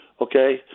okay